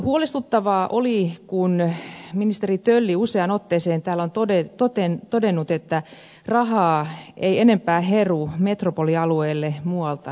huolestuttavaa oli kun ministeri tölli on useaan otteeseen täällä todennut että rahaa ei enempää heru metropolialueelle muualta suomesta